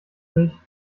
sich